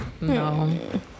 no